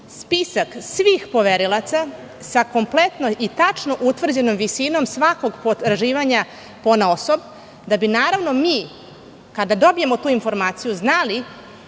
spisak svih poverilaca s kompletno i tačno utvrđenom visinom svakog potraživanja ponaosob. Da bi naravno mi, kada dobijemo tu informaciju znali